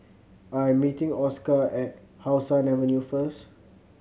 I am meeting Oscar at How Sun Avenue first